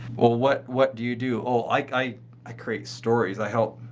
well what what do you do? oh, i i create stories. i help.